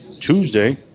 Tuesday